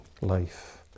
life